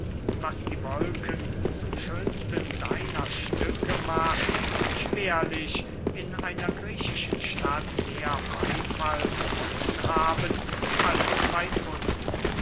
was die wolken zum schönsten deiner stücke macht schwerlich in einer griechischen stadt mehr beyfall gefunden haben als bey uns